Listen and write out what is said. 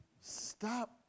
Stop